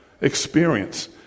experience